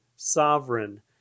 sovereign